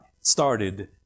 started